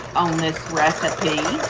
on this recipe